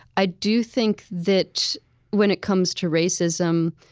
i do think that when it comes to racism,